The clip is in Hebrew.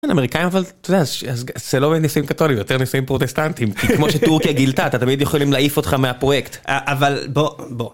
כן, אמריקאים אבל... אתה יודע... ש... זה לא נישואים קתולים, יותר נישואים פרוטסטנטים, כמו שטורקיה גילתה אתה תמיד יכולים להעיף אותך מהפרויקט אבל בוא, בוא...